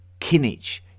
Kinich